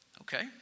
Okay